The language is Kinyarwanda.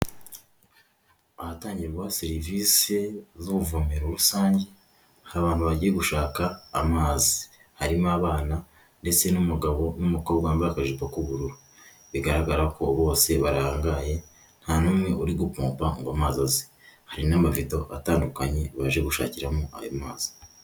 Ahatangirwa serivisi z'ubuvumero rusange hari abantu bagiye gushaka amazi, Harimo abana ndetse n'umugabo n'umukobwa wambaye akajipo k'ubururu. Bigaragara ko bose barangaye nta n'umwe uri gupompa ngo amazi aze. Hari n'amavido atandukanye baje gushakiramo ayo mazi.